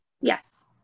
Yes